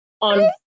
on